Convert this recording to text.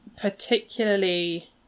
particularly